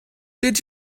did